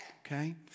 okay